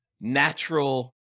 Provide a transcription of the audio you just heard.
natural